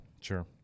Sure